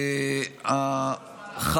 מה זה בזמן האחרון?